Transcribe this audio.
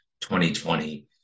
2020